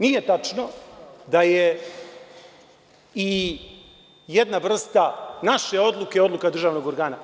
Nije tačno da je i jedna vrsta naše odluke, odluka državnog organa.